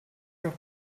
doch